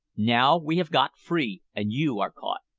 now we have got free, and you are caught.